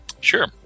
Sure